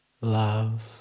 love